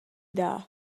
dar